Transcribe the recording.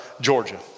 Georgia